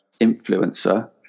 influencer